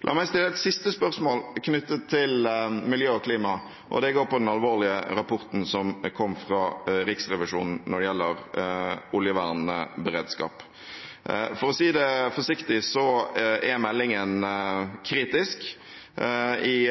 La meg stille et siste spørsmål knyttet til miljø og klima, og det går på den alvorlige rapporten som kom fra Riksrevisjonen når det gjelder oljevernberedskap. For å si det forsiktig: Meldingen er kritisk. Et